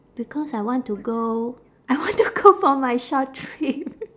because I want to go I want to go for my short trip